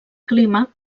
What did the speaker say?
clima